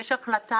יש החלטה